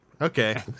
Okay